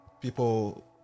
people